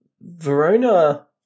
Verona